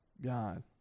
god